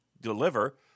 deliver